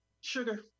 Sugar